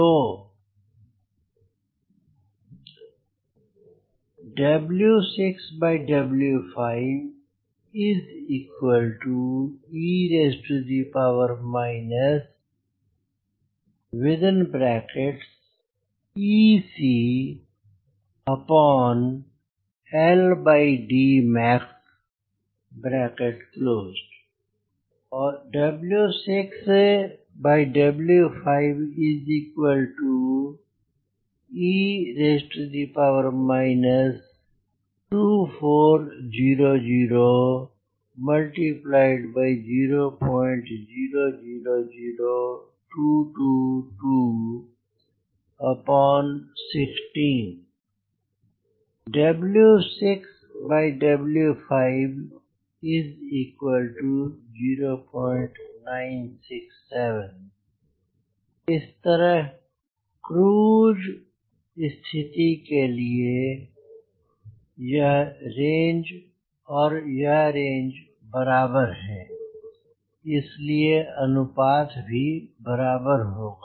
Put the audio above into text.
तो e ECmax e 2400 0000222 16 0 967 इस तरह इस क्रूज स्थिति के लिए यह रेंज और यह रेंज बराबर हैं इसलिए अनुपात भी बराबर होगा